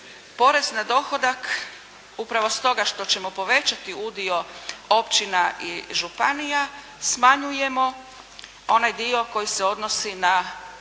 porez na dohodak upravo stoga što ćemo povećati udio općina i županija smanjujemo onaj dio koji se odnosi na